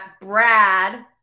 Brad